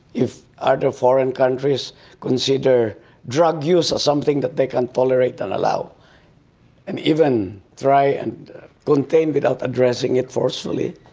if other foreign countries consider drug use as something that they can tolerate and allow and even try and contain without addressing it forcefully,